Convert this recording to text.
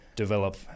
develop